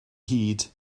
hid